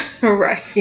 right